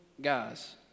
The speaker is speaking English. guys